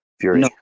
Fury